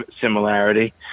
similarity